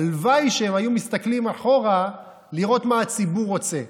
הלוואי שהם היו מסתכלים אחורה לראות מה הציבור רוצה.